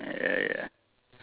ya ya